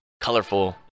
colorful